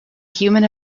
human